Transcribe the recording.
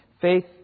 faith